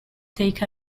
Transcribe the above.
take